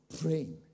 praying